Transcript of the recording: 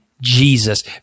Jesus